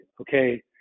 okay